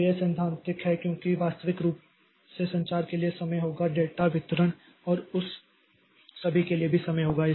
तो यह सैद्धांतिक है क्योंकि वास्तविक रूप से संचार के लिए समय होगा डेटा वितरण और उस सभी के लिए भी समय होगा